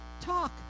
talk